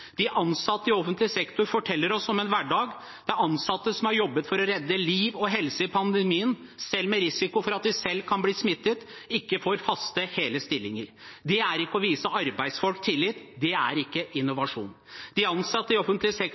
De ansatte i offentlig sektor forteller oss om en hverdag der ansatte som har jobbet for å redde liv og helse i pandemien, med risiko for at de selv kan bli smittet, ikke får faste, hele stillinger. Det er ikke å vise arbeidsfolk tillit, det er ikke innovasjon. De ansatte i offentlig sektor